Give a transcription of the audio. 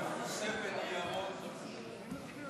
סליחה, אדוני.